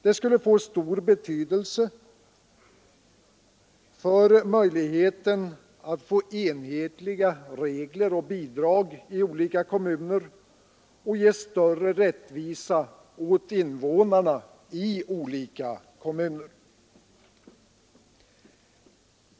Den skulle få stor betydelse för möjligheten att få enhetliga regler och bidrag i olika kommuner och ge större rättvisa åt invånarna i olika kommuner.